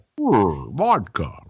Vodka